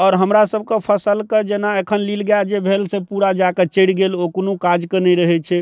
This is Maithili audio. आओर हमरा सबके फसलके जेना अखन नीलगाय जे भेल से पूरा जाकऽ चरि गेल ओ कोनो काजके नहि रहै छै